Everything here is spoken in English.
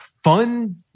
Fun